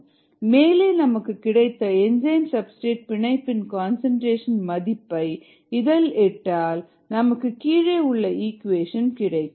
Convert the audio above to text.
rP k3ESV மேலே நமக்கு கிடைத்த என்சைம் சப்ஸ்டிரேட் பிணைப்பின் கன்சன்ட்ரேஷன் மதிப்பை இதில் இட்டால் நமக்கு கீழே உள்ள ஈக்குவேஷன் கிடைக்கும்